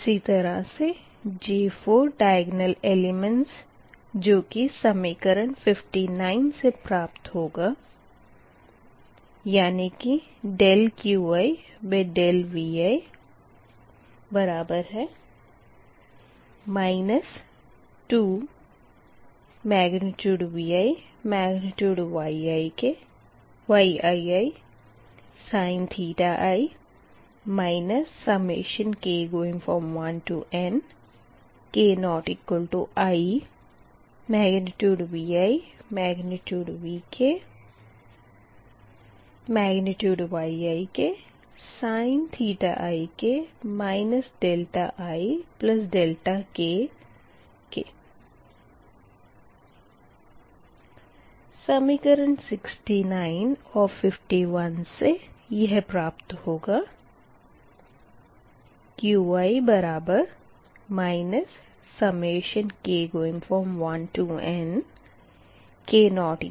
इसी तरह से J 4 द्य्ग्न्ल एलिमेंट्स जो कि समीकरण 59 से प्राप्त होगा यानी किQiVi 2ViYiisin ii k1 k≠inViVkYiksin ik ik समीकरण 59 और 51 से यह प्राप्त होगा Qi k1 k≠inViVkYiksin ik ik QiVi ViYiisin ii Qi प्राप्त होगा यानी कि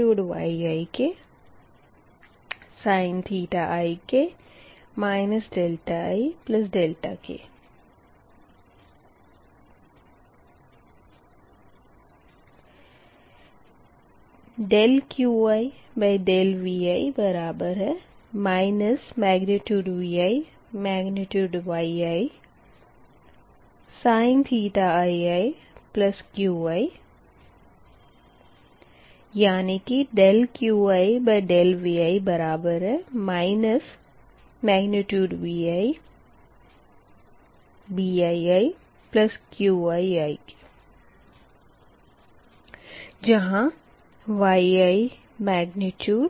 QiVi ViBiiQi I जहाँ Yiisin ii Bii